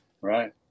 Right